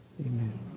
Amen